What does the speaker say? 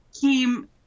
came